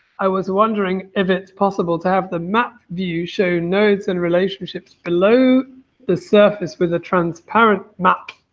i was wondering, if it's possible to have the map view show nodes in relationships below the surface with a transparent map?